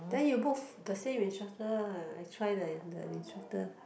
then you book the same instructor ah I try the the instructor